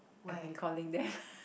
I've been calling them